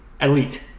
elite